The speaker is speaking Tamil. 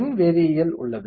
மின் வேதியியல் உள்ளது